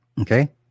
Okay